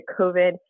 COVID